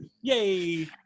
yay